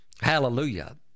Hallelujah